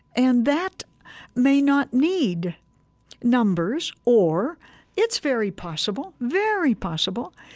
and that may not need numbers, or it's very possible, very possible,